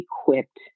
equipped